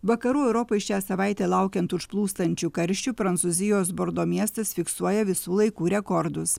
vakarų europai šią savaitę laukiant užplūstančių karščių prancūzijos bordo miestas fiksuoja visų laikų rekordus